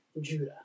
Judah